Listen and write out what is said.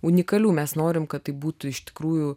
unikalių mes norim kad tai būtų iš tikrųjų